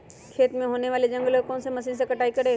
खेत में होने वाले जंगल को कौन से मशीन से कटाई करें?